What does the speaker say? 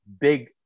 big